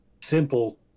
simple